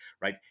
right